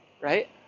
Right